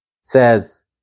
says